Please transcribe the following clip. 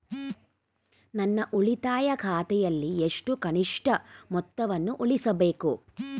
ನನ್ನ ಉಳಿತಾಯ ಖಾತೆಯಲ್ಲಿ ಎಷ್ಟು ಕನಿಷ್ಠ ಮೊತ್ತವನ್ನು ಉಳಿಸಬೇಕು?